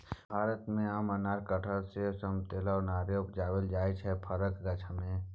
भारत मे आम, अनार, कटहर, सेब, समतोला आ नारियर उपजाएल जाइ छै फरक गाछ मे